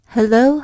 Hello